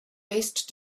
best